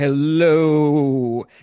Hello